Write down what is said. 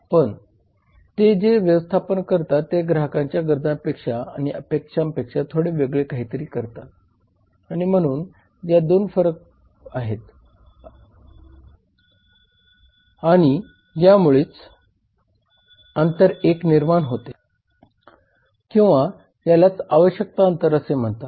पण ते जे व्यवस्थापन करतात ते ग्राहकांच्या गरजांपेक्षा आणि अपेक्षांपेक्षा थोडे वेगळे काहीतरी करतात आणि म्हणून या 2 मध्ये फरक आहे आणि यामुळेच अंतर 1 निर्माण होते किंवा यालाच आवश्यकता अंतर असे म्हणतात